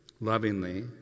lovingly